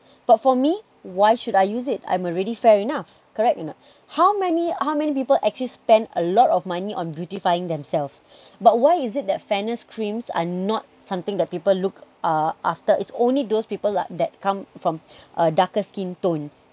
but for me why should I use it I'm already fair enough correct or not how many how many people actually spend a lot of money on beautifying themselves but why is it that fairness creams are not something that people look uh after it's only those people like that come from a darker skin tone